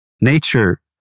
Nature